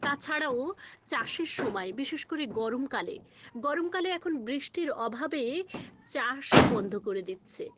তাছাড়াও চাষের সময় বিশেষ করে গরমকালে গরমকালে এখন বৃষ্টির অভাবে চাষও বন্ধ করে দিচ্ছে